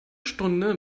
stunde